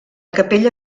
capella